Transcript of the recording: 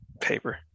paper